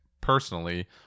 personally